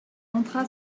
entra